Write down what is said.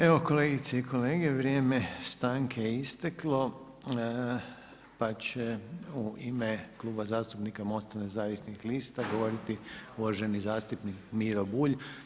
Evo kolegice i kolege vrijeme stanke je isteklo pa će u ime Kluba zastupnika MOST-a Nezavisnih lista govoriti uvaženi zastupnik Miro Bulj.